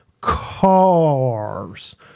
cars